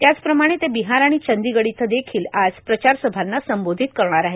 त्याचप्रमाणे ते बिहार आणि चंदीगढ इथं देखील आज प्रचार सभांना संबोधित करणार आहेत